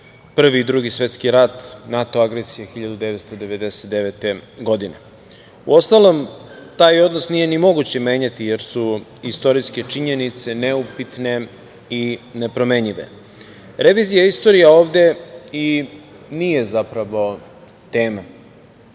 Prvi i Drugi svetski rat, NATO agresija 1999. godine. Uostalom, taj odnos nije ni moguće menjati jer su istorijske činjenice neupitne i nepromenljive. Revizija istorije ovde i nije zapravo tema.